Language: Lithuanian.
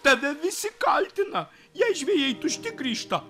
tada visi kaltina jei žvejai tušti grįžta